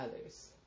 others